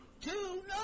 Two